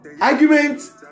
Argument